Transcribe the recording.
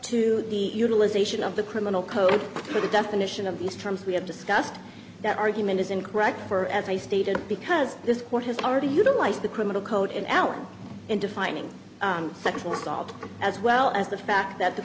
to the utilization of the criminal code for the definition of these terms we have discussed that argument is incorrect for as i stated because this court has already utilized the criminal code and allen in defining sexual assault as well as the fact that the